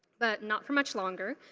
but not for much longer.